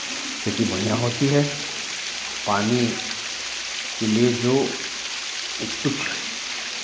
खेती बढ़ियाँ होती है पानी के लिए जो कुछ